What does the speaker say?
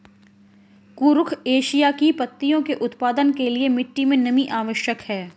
कुरुख एशिया की पत्तियों के उत्पादन के लिए मिट्टी मे नमी आवश्यक है